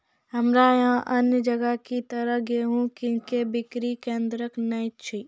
हमरा यहाँ अन्य जगह की तरह गेहूँ के बिक्री केन्द्रऽक नैय छैय?